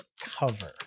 cover